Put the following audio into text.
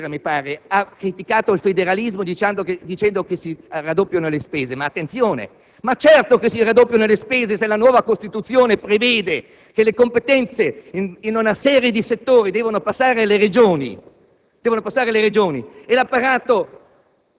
Sartori sul «Corriere della Sera» ha criticato il federalismo dicendo che si raddoppiano le spese. Certo che si raddoppiano le spese se la nuova Costituzione prevede che le competenze di una serie di settori debbano passare alle Regioni;